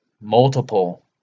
multiple